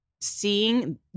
seeing